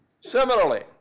Similarly